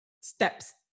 steps